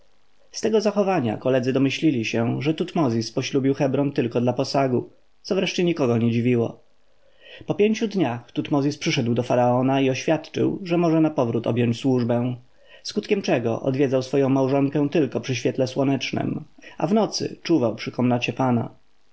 z tego zachowania koledzy domyślili się że tutmozis poślubił hebron tylko dla posagu co wreszcie nikogo nie dziwiło po pięciu dniach tutmozis przyszedł do faraona i oświadczył że może napowrót objąć służbę skutkiem czego odwiedzał swoją małżonkę tylko przy świetle słonecznem a w nocy czuwał przy komnacie pana